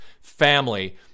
family